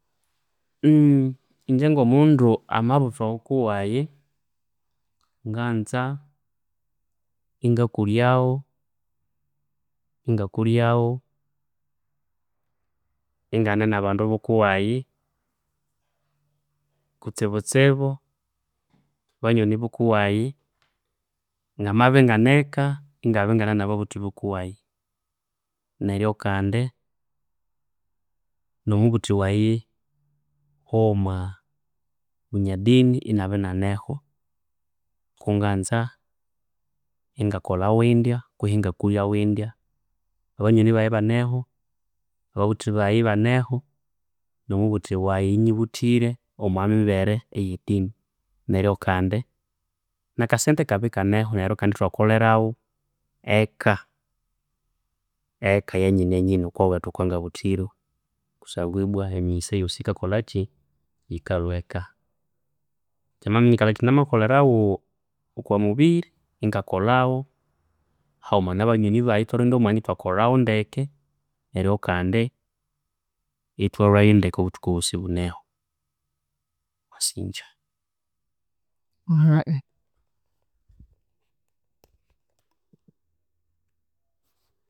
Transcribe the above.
Ingye ngo mundu, amabuthwa wukuwayi nganza inga kulyawo, ingakulyawo ingane na bandu bukuwayi kutsibutibu banywani bukuwayi. Ngamabya ingane eka ingabya ingane na babuthi bukuwayi neryo kandi no mubuthi wayi owa mwa bunya dini inaibya inianeho kunganza ingakolhawo indya kwesi inga kulya windya banywani bayi ibaneho, ababuthi bayi ibaneho no mubuthi wayi oyu nyibuthire omwa miberere eya dini neryo kandi neryo kandi na kasente ikabya ikaneho neryo kandi ithwa kolheragho eka- eka yanyine nyine okwa wethu okwa ngabuthirwe kusangwa ibwa emiyisa eyosi yikakolaki, yikalwa eka. Kyamaminyikalha kithi namakolherawo okwa mubiri, inga kolhawo haghuma na banywani bayi ithwa rondya omwanya ithwakolhawo ndeke neryo kandi ithwalwyo ndeke obuthuku ibukineho, mwasingya.